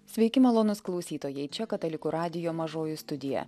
sveiki malonūs klausytojai čia katalikų radijo mažoji studija